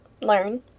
learn